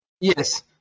yes